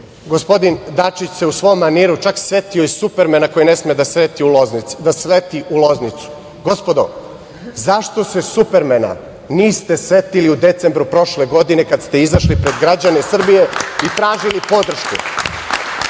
Gospodin Dačić se u svom maniru setio i Supermena koji ne sme da sleti u Loznicu. Gospodo, zašto se Supermena niste setili u decembru prošle godine kada ste izašli pred građane Srbije i tražili podršku? Gospođo